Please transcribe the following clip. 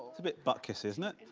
it's a bit butt-kiss, isn't it